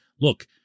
Look